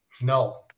no